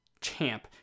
champ